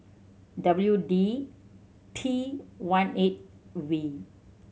W D T one eight V